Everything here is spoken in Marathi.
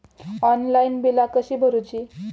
ऑनलाइन बिला कशी भरूची?